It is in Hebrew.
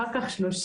אחר כך שלושים,